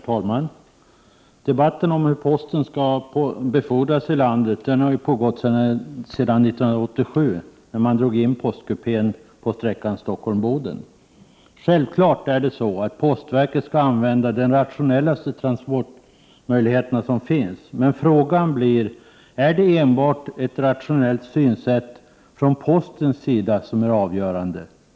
Herr talman! Debatten om hur posten skall befordras i landet har pågått sedan 1987, när man drog in postkupén på sträckan Stockholm-Boden. Sjävfallet skall postverket använda de rationellaste transportmöjligheter som finns. Men frågan blir: Är det enbart ett rationellt synsätt från postens sida som är avgörande?